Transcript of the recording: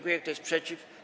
Kto jest przeciw?